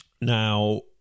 Now